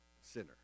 sinner